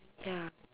ya